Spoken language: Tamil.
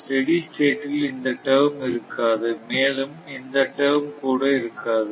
ஸ்டெடி ஸ்டேட்டில் இந்த டேர்ம் இருக்காது மேலும் இந்த டேர்ம் கூட இருக்காது